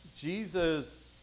Jesus